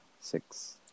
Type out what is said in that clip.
Six